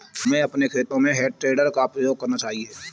हमें अपने खेतों में हे टेडर का प्रयोग करना चाहिए